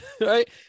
Right